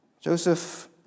Joseph